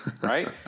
right